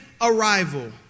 arrival